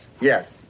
yes